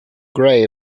gray